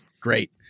Great